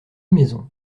maisons